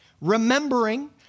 remembering